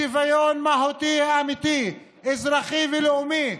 שוויון מהותי אמיתי, אזרחי ולאומי,